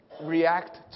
react